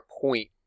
point